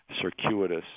circuitous